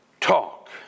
talk